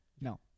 No